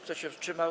Kto się wstrzymał?